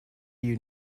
you